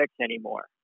anymore